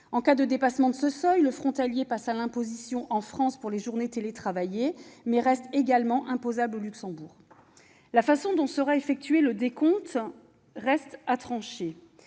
En cas de dépassement de ce seuil, le frontalier passe à l'imposition en France pour les journées télétravaillées, mais reste également imposable au Luxembourg. La façon dont sera effectué le décompte reste à trancher